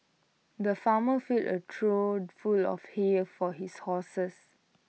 the farmer filled A trough full of hay for his horses